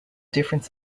different